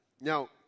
Now